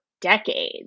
decades